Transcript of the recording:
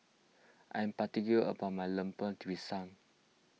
I'm particular about my Lemper Pisang